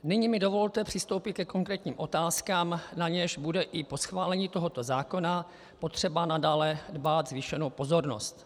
Nyní mi dovolte přistoupit ke konkrétním otázkám, na něž bude i po schválení tohoto zákona potřeba nadále dbát zvýšené pozornosti.